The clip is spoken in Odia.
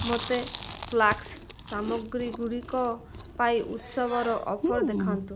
ମୋତେ ଫ୍ଲାସ୍କ ସାମଗ୍ରୀ ଗୁଡ଼ିକ ପାଇଁ ଉତ୍ସବର ଅଫର୍ ଦେଖାନ୍ତୁ